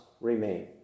remain